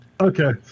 Okay